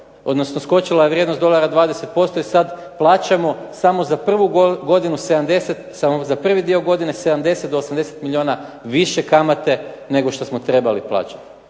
6,75%. Skočila je vrijednost dolara 20% i sad plaćamo samo za prvu dio godine 70 do 80 milijuna više kamate nego što smo trebali plaćati.